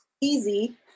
easy